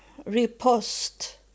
repost